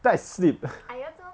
then I slipped